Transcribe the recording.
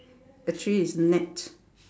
actually it's net